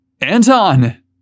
Anton